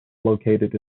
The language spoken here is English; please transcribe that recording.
located